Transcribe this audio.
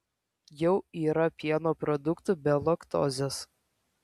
jau yra pieno produktų be laktozes